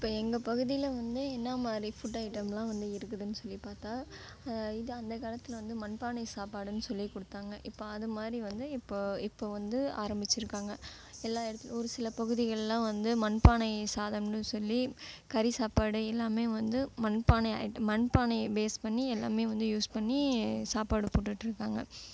இப்போது எங்கள் பகுதியில் வந்து என்னா மாதிரி ஃபுட் ஐட்டம்லாம் வந்து இருக்குதுன்னு சொல்லி பார்த்தா இது அந்த காலத்தில் வந்து மண்பானை சாப்பாடுன்னு சொல்லி கொடுத்தாங்க இப்போது அது மாதிரி வந்து இப்போது இப்போது வந்து ஆரம்பித்திருக்காங்க எல்லா இடத்துல ஒரு சில பகுதிகளெலாம் வந்து மண்பானை சாதம்னு சொல்லி கறி சாப்பாடு எல்லாமே வந்து மண்பானை ஐட்டம் மண்பானை பேஸ் பண்ணி எல்லாமே வந்து யூஸ் பண்ணி சாப்பாடு போட்டுட்டிருக்காங்க